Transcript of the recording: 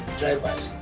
drivers